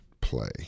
play